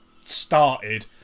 started